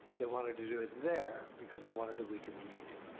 they wanted to do it there because they wanted to weaken the union,